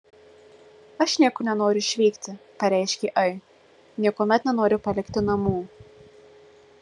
aš niekur nenoriu išvykti pareiškė ai niekuomet nenoriu palikti namų